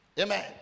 Amen